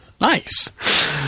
Nice